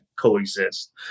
Coexist